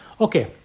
Okay